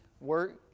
work